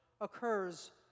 occurs